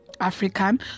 African